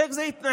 איך זה יתנהל?